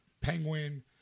Penguin